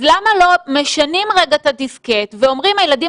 אז למה לא משנים רגע את הדיסקט ואומרים הילדים